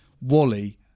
Wally